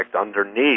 underneath